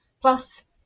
plus